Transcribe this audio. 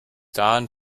dahin